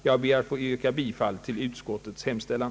Jag ber att få yrka bifall till utskottets hemställan.